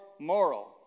moral